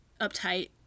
uptight